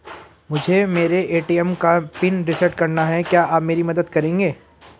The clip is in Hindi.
मुझे मेरे ए.टी.एम का पिन रीसेट कराना है क्या आप मेरी मदद करेंगे?